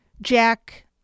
Jack